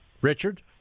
Richard